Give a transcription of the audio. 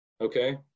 okay